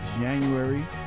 January